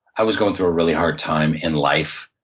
i was going through a really hard time in life.